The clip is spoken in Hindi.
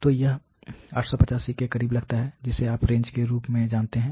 तो यह 85 के करीब लाता है जिसे आप रेंज के रूप में जानते हैं